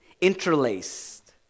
Interlaced